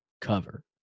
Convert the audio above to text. cover